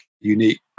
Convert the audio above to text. unique